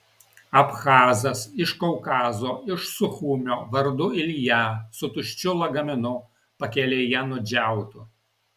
abchazas iš kaukazo iš suchumio vardu ilja su tuščiu lagaminu pakelėje nudžiautu